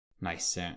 Nice